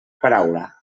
paraula